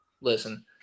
Listen